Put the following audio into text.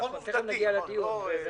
הוא